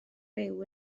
ryw